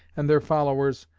and their followers,